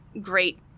great